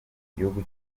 gihugu